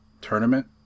tournament